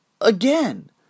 again